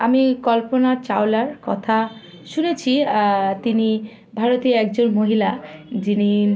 আমি কল্পনা চাওলার কথা শুনেছি তিনি ভারতীয় একজন মহিলা যিনি